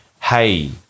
Hey